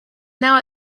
now